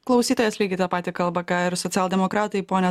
klausytojas lygiai tą patį kalba ką ir socialdemokratai ponia